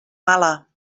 mala